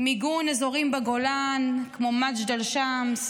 מיגון אזורים בגולן, כמו מג'דל שאמס.